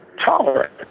tolerant